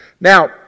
now